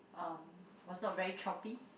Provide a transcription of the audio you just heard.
uh was not very choppy